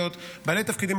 בבקשה.